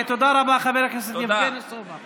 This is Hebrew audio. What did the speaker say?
תודה רבה, חבר הכנסת יבגני סובה.